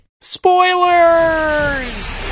Spoilers